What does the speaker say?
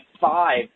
five